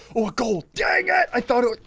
oh a gold. dang it!